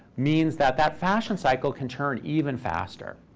means that that fashion cycle can turn even faster.